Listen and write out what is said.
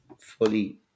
fully